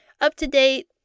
up-to-date